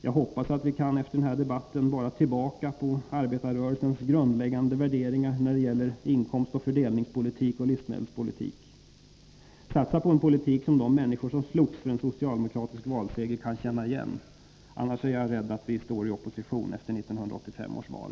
Jag hoppas att vi kan efter den här debatten vara tillbaka till arbetarrörelsens grundläggande värderingar när det gäller inkomstoch fördelningspolitik och livsmedelspolitik. Satsa på en politik som de människor som slogs för en socialdemokratisk valseger kan känna igen. Annars är jag rädd att vi står i opposition efter 1985 års val.